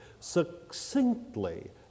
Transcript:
succinctly